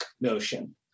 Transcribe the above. notion